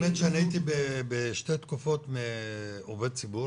האמת שאני הייתי בשתי תקופות עובד ציבור,